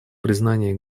признании